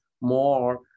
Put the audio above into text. more